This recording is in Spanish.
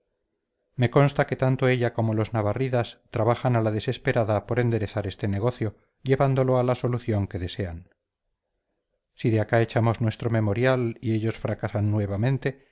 me consta que tanto ella como los navarridas trabajan a la desesperada por enderezar este negocio llevándolo a la solución que desean si de acá echamos nuestro memorial y ellos fracasan nuevamente